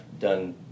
done